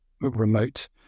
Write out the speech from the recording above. remote